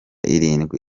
irindwi